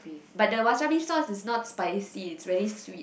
but the wasabi sauce is not spicy is very sweet